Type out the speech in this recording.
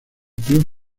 club